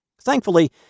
Thankfully